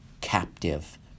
captive